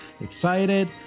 excited